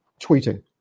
tweeting